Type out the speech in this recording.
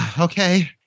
okay